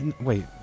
Wait